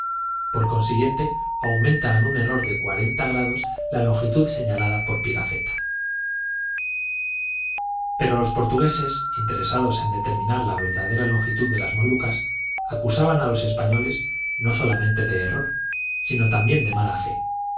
por consiguiente aumenta en un error de cuarenta grados la longitud señalada por pigafetta xv pero los portugueses interesados en determinar la verdadera longitud de las molucas acusaban a los españoles no solamente de error sino también de mala fe